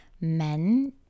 men